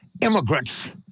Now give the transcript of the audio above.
Immigrants